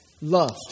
loved